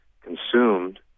consumed